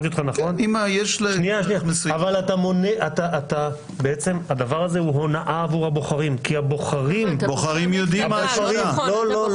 הדבר הזה הוא הונאה עבור הבוחרים כי הבוחרים --- לא נכון,